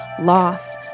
loss